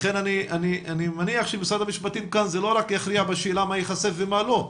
לכן אני מניח שמשרד המשפטים כאן לא רק יכריע בשאלה מה ייחשף ומה לא,